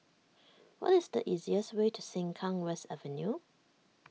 what is the easiest way to Sengkang West Avenue